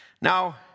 Now